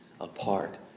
apart